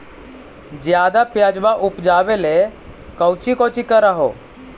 ज्यादा प्यजबा उपजाबे ले कौची कौची कर हो?